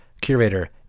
curator